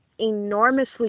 enormously